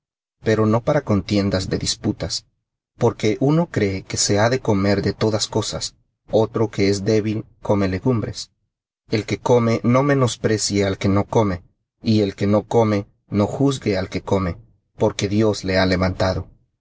fe no para contiendas de disputas porque uno cree que se ha de comer de todas cosas otro que es débil come legumbres el que come no menosprecie al que no come y el que no come no juzgue al que come porque dios le ha levantado